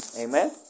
Amen